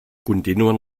continuen